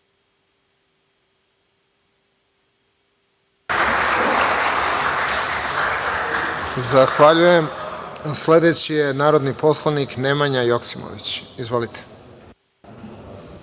Zahvaljujem. Reč ima narodni poslanik Nemanja Joksimović. Izvolite.